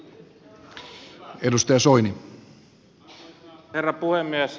arvoisa herra puhemies